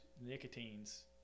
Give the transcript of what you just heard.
Nicotine's